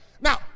Now